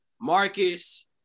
Marcus